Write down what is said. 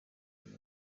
iyi